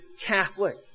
Catholic